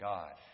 God